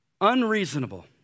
Unreasonable